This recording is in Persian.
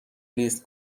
لیست